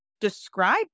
describe